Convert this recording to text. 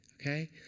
okay